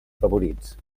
favorits